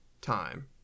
time